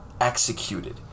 executed